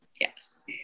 Yes